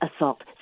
assault